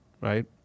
right